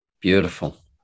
Beautiful